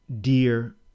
dear